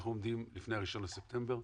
אנחנו עומדים לפני ה-1 בספטמבר,